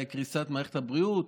וקריסת מערכת הבריאות,